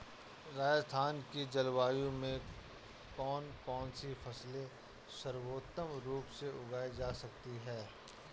राजस्थान की जलवायु में कौन कौनसी फसलें सर्वोत्तम रूप से उगाई जा सकती हैं?